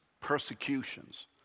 Persecutions